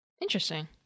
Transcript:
Interesting